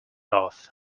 off